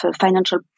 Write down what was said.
financial